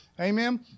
Amen